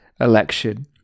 election